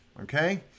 Okay